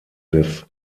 des